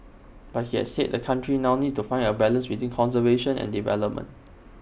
but he has said the country now needs to find A balance between conservation and development